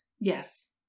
Yes